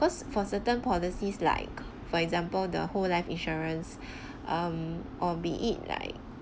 cause for certain policies like for example the whole life insurance um or be it like